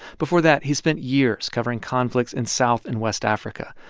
before that, he spent years covering conflicts in south and west africa,